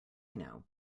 know